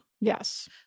Yes